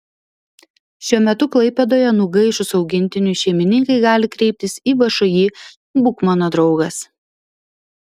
šiuo metu klaipėdoje nugaišus augintiniui šeimininkai gali kreiptis į všį būk mano draugas